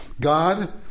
God